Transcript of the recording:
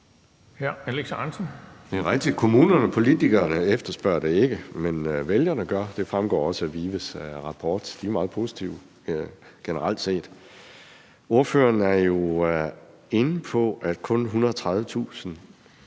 Det er rigtigt, at kommunerne og politikerne ikke efterspørger det, men vælgerne gør. Det fremgår også af VIVE's rapport. De er meget positive generelt set. Ordføreren er jo inde på, at kun 130.000